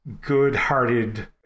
good-hearted